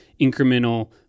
incremental